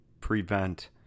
prevent